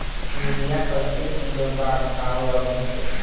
Urea कइसे kilo बा भाव अभी के?